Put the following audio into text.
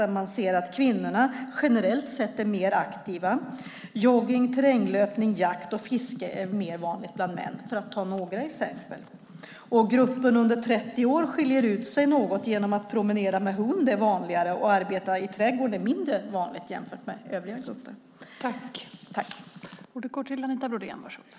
Man kan se att kvinnorna generellt sett är mer aktiva. Joggning, terränglöpning, jakt och fiske är mer vanligt bland män, för att ta några exempel. Gruppen under 30 år skiljer ut sig något genom att det är vanligare att de promenerar med hund och mindre vanligt att de arbetar i trädgården jämfört med övriga grupper.